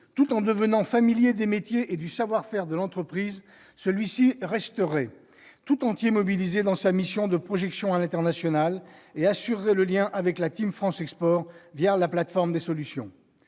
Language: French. Tout en devenant familier des métiers et du savoir-faire de l'entreprise, cet étudiant ou ce jeune diplômé resterait tout entier mobilisé pour sa mission de projection à l'international. Il assurerait le lien avec la « Team France Export » la plateforme des solutions.